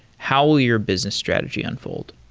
how will your business strategy unfold?